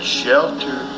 shelter